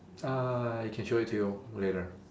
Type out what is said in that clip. uh I can show it to you later